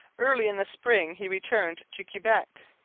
early in the spring he returned to quebec,